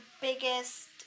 biggest